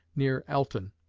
near alton.